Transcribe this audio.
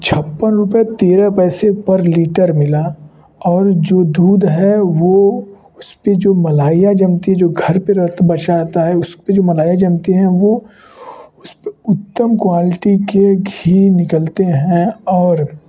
छप्पन रुपये तेरह पैसे पर लीटर मिला और जो दूध है वह उसपर जो मलाई जमती जो घर पर रात बचाता है उसपर जो मलाई जमती हैं वह उत्तम क्वालिटी के घी निकलते हैं और